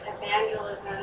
evangelism